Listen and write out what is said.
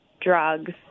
drugs